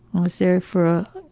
was there for a.